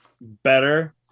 better